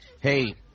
Hey